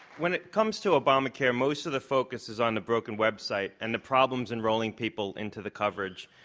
when it comes to obamacare most of the focus is on the broken website and the problems enrolling people into the coverage,